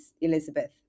Elizabeth